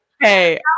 hey